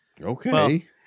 Okay